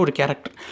character